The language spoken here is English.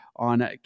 on